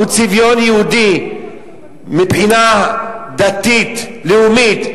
הוא צביון יהודי מבחינה דתית לאומית,